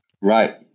Right